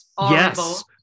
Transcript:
Yes